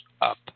up